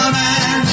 man